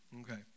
Okay